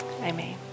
Amen